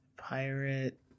pirate